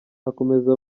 akomeza